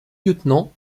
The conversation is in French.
lieutenant